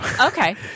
Okay